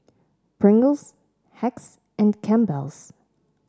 Pringles Hacks and Campbell's